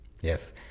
Yes